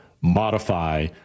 modify